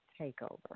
takeover